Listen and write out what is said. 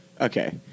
Okay